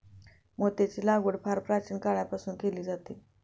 मोत्यांची लागवड फार प्राचीन काळापासून केली जाते